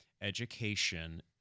education